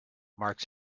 marks